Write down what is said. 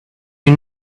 you